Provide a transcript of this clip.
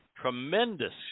tremendous